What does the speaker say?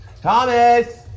Thomas